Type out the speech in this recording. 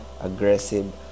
aggressive